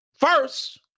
first